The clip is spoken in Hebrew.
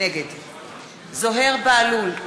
נגד זוהיר בהלול,